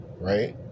right